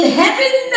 heaven